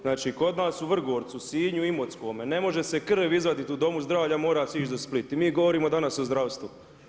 Znači kod nas u Vrgorcu, Sinju, Imotskome, ne može se krv izvaditi u domu zdravlja, mora se ići do Splita i mi govorimo danas o zdravstvu.